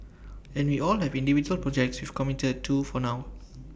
and we all have individual projects we've committed to for now